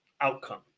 outcome